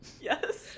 Yes